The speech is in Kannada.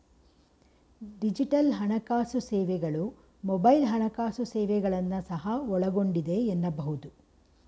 ಡಿಜಿಟಲ್ ಹಣಕಾಸು ಸೇವೆಗಳು ಮೊಬೈಲ್ ಹಣಕಾಸು ಸೇವೆಗಳನ್ನ ಸಹ ಒಳಗೊಂಡಿದೆ ಎನ್ನಬಹುದು